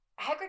Hagrid